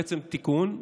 בעצם תיקון,